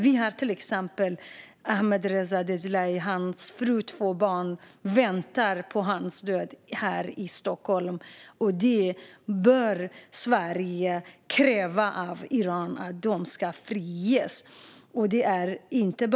Vi har också till exempel Ahmadreza Djalali, vars fru och två barn väntar på hans död här i Stockholm. Sverige bör kräva av Iran att dessa personer ska friges.